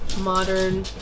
modern